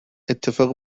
اتفاق